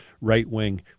right-wing